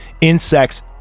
insects